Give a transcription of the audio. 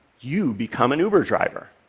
you become an uber driver.